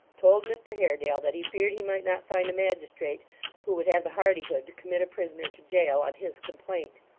told mr haredale that he feared he might not find a magistrate who would have the hardihood to commit a prisoner to jail, on his complaint.